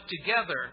together